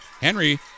Henry